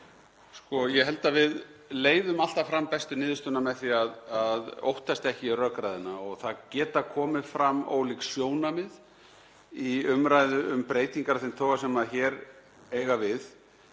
ég held að við leiðum alltaf fram bestu niðurstöðuna með því að óttast ekki rökræðuna. Það geta komið fram ólík sjónarmið í umræðu um breytingar af þeim toga sem hér eiga við,